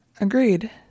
Agreed